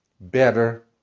better